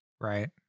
Right